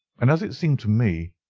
and as it seemed to me,